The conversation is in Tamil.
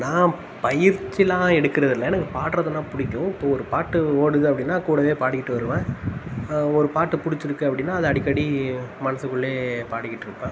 நான் பயிற்சியெல்லாம் எடுக்கிறது இல்லை எனக்கு பாடுறதுனா பிடிக்கும் இப்போது ஒரு பாட்டு ஓடுது அப்படின்னா கூடவே பாடிக்கிட்டு வருவேன் ஒரு பாட்டு பிடிச்சிருக்கு அப்படின்னா அது அடிக்கடி மனதுக்குள்ளே பாடிக்கிட்டு இருப்பேன்